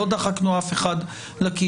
לא דחקנו אף אחד לקיר.